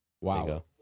Wow